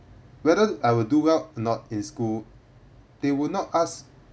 whether I will do well not in school they will not ask